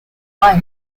wife